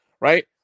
right